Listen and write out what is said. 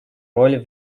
роль